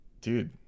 Dude